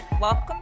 Welcome